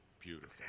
Beautiful